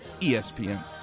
ESPN